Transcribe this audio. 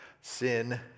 sin